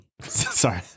sorry